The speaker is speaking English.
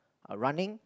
uh running